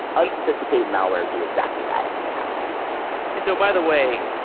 unsophisticated malware, do exactly that in the past and so by the way,